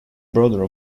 brother